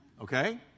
Okay